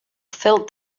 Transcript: felt